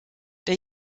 der